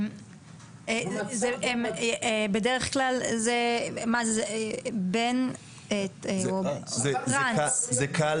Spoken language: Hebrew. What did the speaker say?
-- בדרך כלל -- כבודו, זה קל